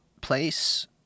place